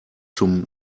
zum